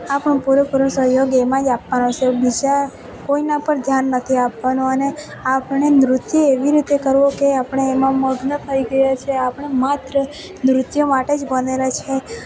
આપણું પૂરેપૂરું સહયોગ એમાં જ આપવાનો છે બીજા કોઈના પર ધ્યાન નથી આપવાનું અને આપણે નૃત્ય એવી રીતે કરવું કે આપણે એમાં મગ્ન થઈ જઈએ છે આપણે માત્ર નૃત્ય માટે જ બનેલા છીએ